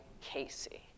Casey